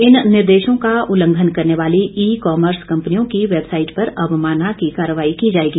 इन निर्देशों का उल्लंघन करने वाली ई कॉमर्स कंपनियों की वेब साइट पर अवमानना की कार्रवाई की जायेगी